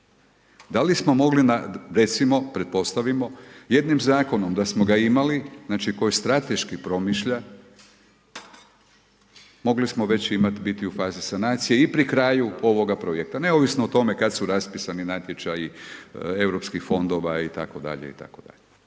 Da li smo mogli, recimo, pretpostavimo, jednim zakonom da smo ga imali, znači koji strateški promišlja, mogli smo već imati, biti u fazi sanacije i pri kraju ovoga projekta neovisno o tome kada su raspisani natječaji Europskih fondova itd. Evo